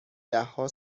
دهها